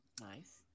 nice